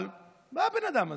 אבל, בא הבן אדם הזה,